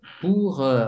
pour